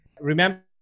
Remember